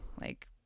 Like-